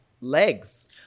legs